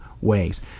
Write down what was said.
ways